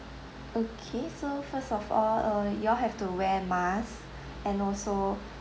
okay so first of all uh you all have to wear mask and also